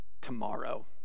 tomorrow